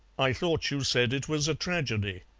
i thought you said it was a tragedy.